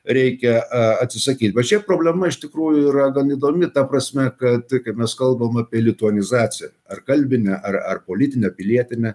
reikia atsisakyt bet šiaip pačia problema iš tikrųjų yra gan įdomi ta prasme kad kai mes kalbam apie lituanizaciją ar kalbinę ar ar politinę pilietinę